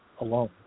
alone